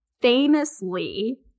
famously